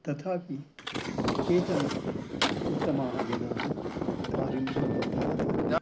तथापि केचन उत्तमाः जनाः कार्यं कुर्वन्तः सन्ति